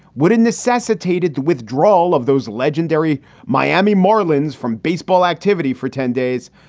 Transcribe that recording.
would it necessitated the withdrawal of those legendary miami marlins from baseball activity for ten days?